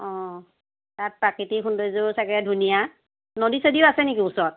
অঁ তাত প্ৰাকৃতিক সৌন্দৰ্যও চাগে ধুনীয়া নদী চদীও আছে নেকি ওচৰত